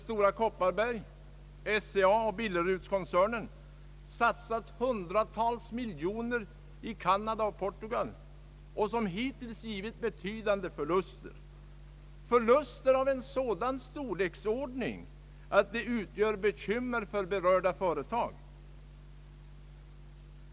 Stora Kopparberg, SCA och Billerudskoncernen har satsat hundratals miljoner i Canada och Portugal, och det har hittills blivit förluster av sådan storleksordning att de utgör bekymmer för berörda företag.